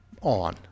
on